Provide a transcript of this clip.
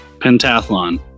Pentathlon